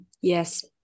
Yes